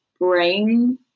brain